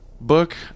Book